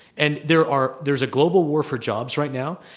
and there are there's a global war for jobs right now.